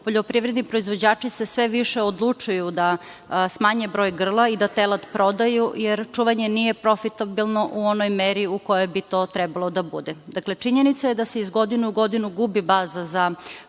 poljoprivredni proizvođači se sve više odlučuju da smanje broj grla i da telad prodaju jer čuvanje nije profitabilno u onoj meri u kojoj bi trebalo da bude. Dakle, činjenica je da se iz godine u godinu gubi baza za